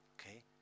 Okay